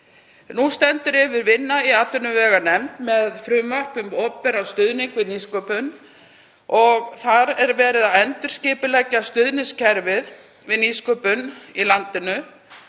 Nú stendur yfir vinna í atvinnuveganefnd við frumvarp um opinberan stuðning við nýsköpun. Þar er verið að endurskipuleggja stuðningskerfið við nýsköpun í landinu